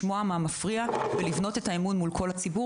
לשמוע מה מפריע ולבנות את האמון מול כל הציבור.